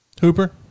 Hooper